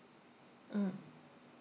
mm